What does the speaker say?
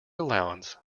allowance